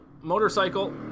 motorcycle